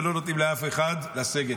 ולא נותנים לאף אחד לסגת.